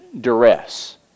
duress